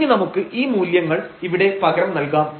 ഇനി നമുക്ക് ഈ മൂല്യങ്ങൾ ഇവിടെ പകരം നൽകാം